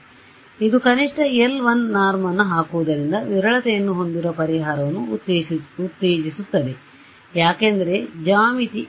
ಆದ್ದರಿಂದ ಇದು ಕನಿಷ್ಟ ಎಲ್ 1 ನಾರ್ಮ್ ಅನ್ನು ಹಾಕುವುದರಿಂದ ವಿರಳತೆಯನ್ನು ಹೊಂದಿರುವ ಪರಿಹಾರವನ್ನು ಉತ್ತೇಜಿಸುತ್ತದೆ ಯಾಕೆಂದರೆ ಜ್ಯಾಮಿತಿgeometry